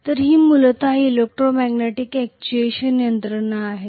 तर ही मूलत इलेक्ट्रोमॅग्नेटिक अॅक्ट्युएशन यंत्रणा आहे